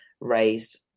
raised